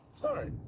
sorry